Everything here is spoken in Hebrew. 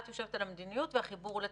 את יושבת על המדיניות והחיבור הוא לתרומות.